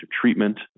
treatment